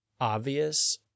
obvious